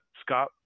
Scott